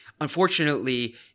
Unfortunately